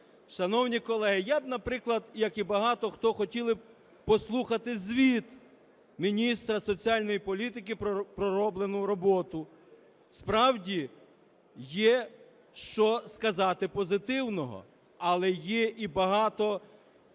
Шановні колеги, я б, наприклад, як і багато хто, хотів би послухати звіт міністра соціальної політики про пророблену роботу. Справді, є що сказати позитивного, але є і багато